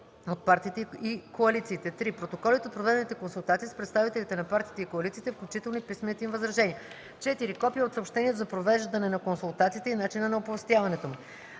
протоколите от проведените консултации с представителите на партиите и коалициите, включително и писмените им възражения; 4. копие от съобщението за провеждане на консултациите и начина на оповестяването му.